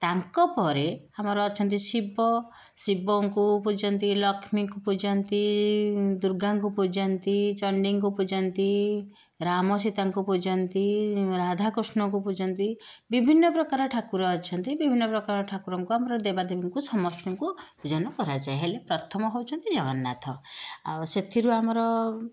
ତାଙ୍କପରେ ଆମର ଅଛନ୍ତି ଶିବ ଶିବଙ୍କୁ ପୂଜନ୍ତି ଲକ୍ଷ୍ମୀଙ୍କୁ ପୂଜନ୍ତି ଦୂର୍ଗାଙ୍କୁ ପୂଜନ୍ତି ଚଣ୍ଡିଙ୍କୁ ପୂଜନ୍ତି ରାମସୀତାଙ୍କୁ ପୂଜନ୍ତି ରାଧାକୃଷ୍ଣଙ୍କୁ ପୂଜନ୍ତି ବିଭିନ୍ନ ପ୍ରକାର ଠାକୁର ଅଛନ୍ତି ବିଭିନ୍ନ ପ୍ରକାର ଠାକୁରଙ୍କୁ ଦେବାଦେବୀଙ୍କୁ ସମସ୍ତଙ୍କୁ ପୂଜନ କରାଯାଏ ହେଲେ ପ୍ରଥମେ ହେଉଛନ୍ତି ଜଗନ୍ନାଥ ଆଉ ସେଥିରୁ ଆମର